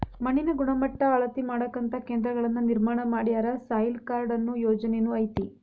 ಮಣ್ಣಿನ ಗಣಮಟ್ಟಾ ಅಳತಿ ಮಾಡಾಕಂತ ಕೇಂದ್ರಗಳನ್ನ ನಿರ್ಮಾಣ ಮಾಡ್ಯಾರ, ಸಾಯಿಲ್ ಕಾರ್ಡ ಅನ್ನು ಯೊಜನೆನು ಐತಿ